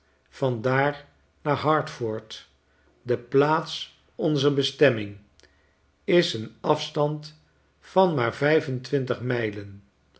van daar naar hartford de plaats onzer bestemming is een afstand van maar vijf en twintig mijlen